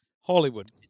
Hollywood